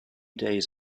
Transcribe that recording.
days